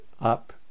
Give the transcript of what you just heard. up